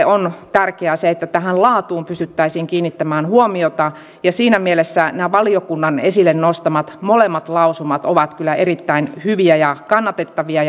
on tärkeää se että tähän laatuun pystyttäisiin kiinnittämään huomiota siinä mielessä nämä valiokunnan esille nostamat molemmat lausumat ovat kyllä erittäin hyviä ja kannatettavia